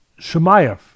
Shemaev